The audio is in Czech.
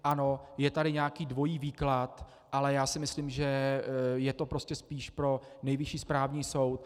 Ano, je tady nějaký dvojí výklad, ale myslím asi, že je to prostě spíš pro Nejvyšší správní soud.